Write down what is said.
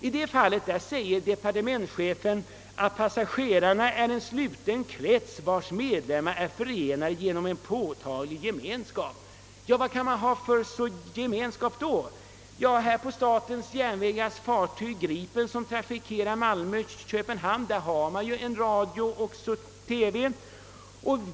I det fallet menar alltså departementschefen, att passagerarna är »en sluten krets vars medlemmar är förenade genom en påtaglig gemenskap». Vad kan man då ha för gemenskap? På statens järnvägars fartyg Gripen, som trafikerar linjen Malmö—Köpenhamn, har man trådsänd TV.